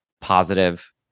positive